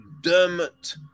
Dermot